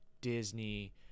Disney